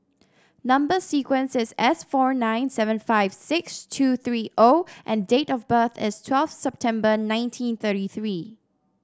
number sequence is S four nine seven five six two three O and date of birth is twelve September nineteen thirty three